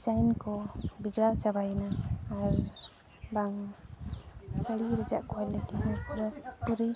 design ᱠᱚ ᱵᱮᱡᱽᱲᱟᱣ ᱪᱟᱵᱟᱭᱮᱱᱟ ᱟᱨ ᱵᱟᱝ ᱥᱟᱹᱲᱤ ᱨᱮᱭᱟᱜ ᱠᱚᱣᱟᱞᱤᱴᱤ ᱯᱩᱨᱟᱹ ᱯᱩᱨᱤ